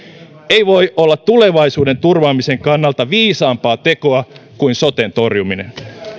ei voi olla tulevaisuuden turvaamisen kannalta viisaampaa tekoa kuin soten torjuminen